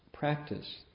Practice